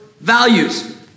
values